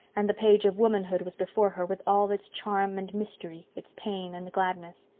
and the page of womanhood was before her with all its charm and mystery, its pain and gladness.